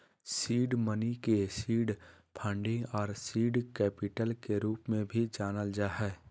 seed money के seed funding आर seed capital के रूप में भी जानल जा हइ